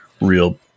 real